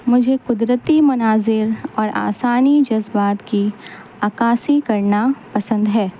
مجھے قدرتی مناظر اور آسانی جذبات کی عکاسی کرنا پسند ہے